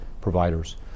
providers